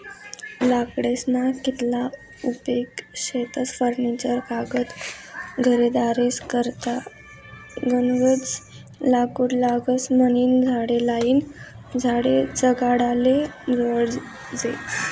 लाकडेस्ना कितला उपेग शेतस फर्निचर कागद घरेदारेस करता गनज लाकूड लागस म्हनीन झाडे लायीन झाडे जगाडाले जोयजे